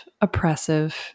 oppressive